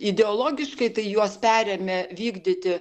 ideologiškai tai juos perėmė vykdyti